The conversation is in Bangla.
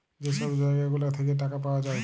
যে ছব জায়গা গুলা থ্যাইকে টাকা পাউয়া যায়